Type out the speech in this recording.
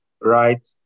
Right